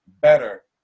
better